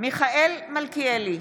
מיכאל מלכיאלי,